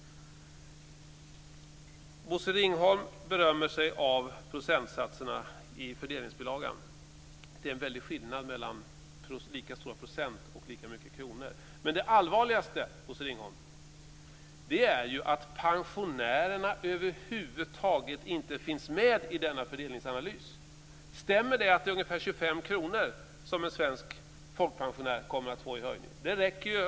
Bosse Ringholm berömmer sig av procentsatserna i fördelningsbilagan. Det är en väldig skillnad mellan procent och antal kronor. Det allvarligaste är ju att pensionärerna över huvud taget inte finns med i denna fördelningsanalys. Stämmer det att en svensk folkpensionär kommer att få en höjning på ungefär 25 kr?